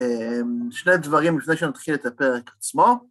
שני דברים לפני שנתחיל את הפרק עצמו.